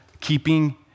keeping